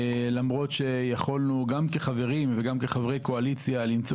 למרות שיכולנו גם כחברים וגם כחברי קואליציה למצוא